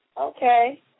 Okay